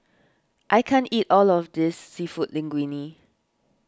I can't eat all of this Seafood Linguine